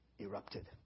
erupted